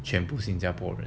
全部新加坡人